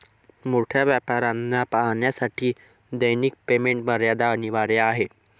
मोठ्या व्यापाऱ्यांना पाहण्यासाठी दैनिक पेमेंट मर्यादा अनिवार्य आहे